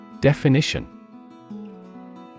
Definition